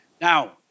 Now